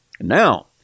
Now